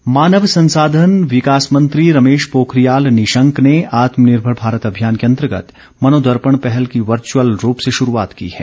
निशंक मानव संसाधन विकास मंत्री रमेश पोखरियाल निशंक ने आत्मनिर्भर भारत अभियान के तहत मनोदर्पण पहल की वर्चुअल रूप से शुरूआत की है